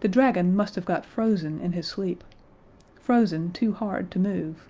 the dragon must have got frozen in his sleep frozen too hard to move